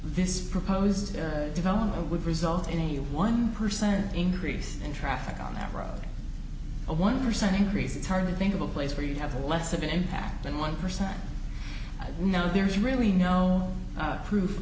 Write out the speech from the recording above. this proposed development would result in a one percent increase in traffic on that road a one percent increase it's hard to think of a place where you have less of an impact than one percent i know there's really no proof